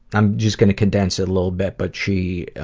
i'm just going to condense it a little bit, but she,